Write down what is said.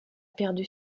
perdu